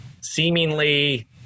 seemingly